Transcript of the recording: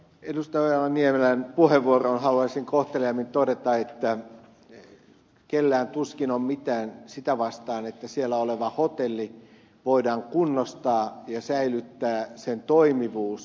ojala niemelän puheenvuoroon haluaisin kohteliaimmin todeta että kellään tuskin on mitään sitä vastaan että siellä oleva hotelli voidaan kunnostaa ja säilyttää sen toimivuus